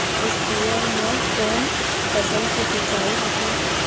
स्पीयर म कोन फसल के सिंचाई होथे?